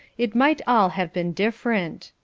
it might all have been different.